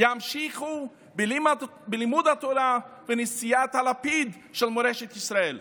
ימשיכו בלימוד התורה ונשיאת הלפיד של מורשת ישראל.